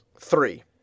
three